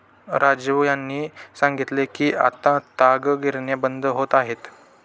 राजीव यांनी सांगितले की आता ताग गिरण्या बंद होत आहेत